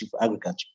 agriculture